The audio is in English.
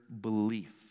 belief